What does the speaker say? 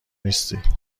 نیستی